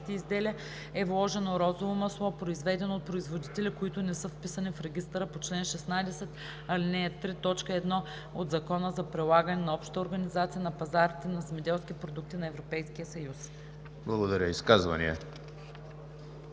изделия е вложено розово масло, произведено от производители, които не са вписани в регистъра по чл. 16, ал. 3, т. 1 от Закона за прилагане на Общата организация на пазарите на земеделски продукти на Европейския съюз.“ ПРЕДСЕДАТЕЛ